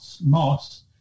Moss